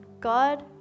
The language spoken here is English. God